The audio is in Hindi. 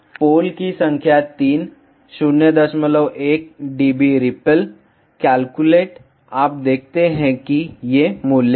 पोल की संख्या 3 01 dB रिप्पल कैलकुलेट आप देखते हैं कि ये मूल्य हैं